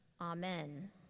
Amen